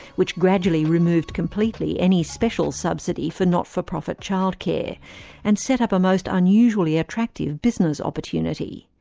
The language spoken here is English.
which gradually removed completely any special subsidy for not-for-profit childcare and set up a most unusually attractive business opportunity.